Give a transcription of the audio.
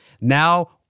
now